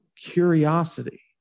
curiosity